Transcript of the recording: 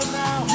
now